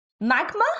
magma